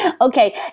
okay